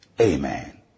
amen